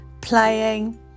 Playing